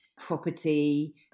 property